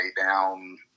down